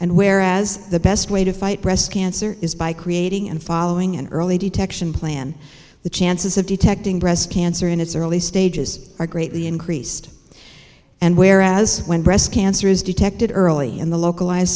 and where as the best way to fight breast cancer is by creating and following an early detection plan the chances of detecting breast cancer in its early stages are greatly increased and whereas when breast cancer is detected early in the localize